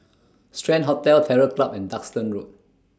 Strand Hotel Terror Club and Duxton Road